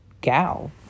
gal